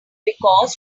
because